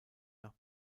nach